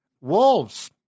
Wolves